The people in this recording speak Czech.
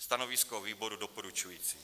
Stanovisko výboru doporučující.